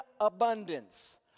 abundance